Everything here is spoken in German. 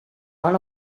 mal